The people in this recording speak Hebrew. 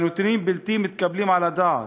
והנתונים בלתי-מתקבלים על הדעת: